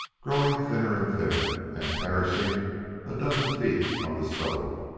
growing thinner and thinner, and perishing a dozen feet from the stove.